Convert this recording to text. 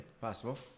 possible